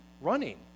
running